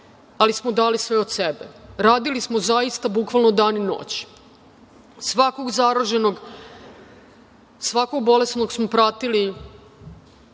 ali smo dali sve od sebe. Radili smo zaista bukvalno dan i noć. Svakog zaraženog, svakog bolesnog smo pratili,